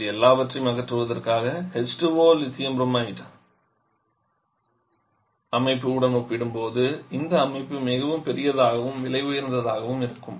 இந்த எல்லாவற்றையும் அகற்றுவதற்காக H2O LiBr அமைப்பு உடன் ஒப்பிடும்போது இந்த அமைப்பு மிகவும் பெரியதாகவும் விலை உயர்ந்ததாகவும் இருக்கும்